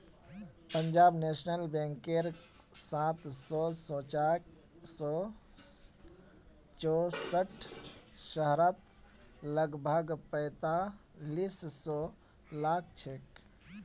Punjab national बैंकेर सात सौ चौसठ शहरत लगभग पैंतालीस सौ शाखा छेक